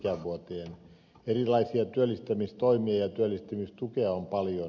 erilaisia työllistämistoimia ja työllistymistukea on paljon